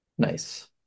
Nice